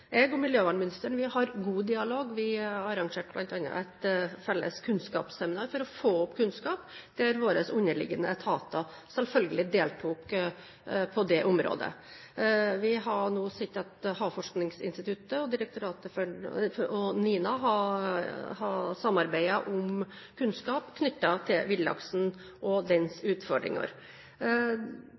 har god dialog. Vi arrangerte bl.a. et felles kunnskapsseminar for å få opp kunnskap, der våre underliggende etater selvfølgelig deltok på det området. Vi har nå sett at Havforskningsinstituttet og NINA har samarbeidet om kunnskap knyttet til villaksen og dens utfordringer.